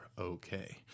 okay